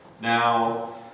Now